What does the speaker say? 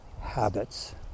habits